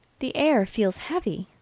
the air feels heavy!